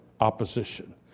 opposition